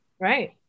Right